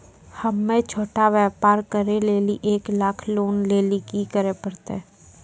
हम्मय छोटा व्यापार करे लेली एक लाख लोन लेली की करे परतै?